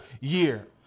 year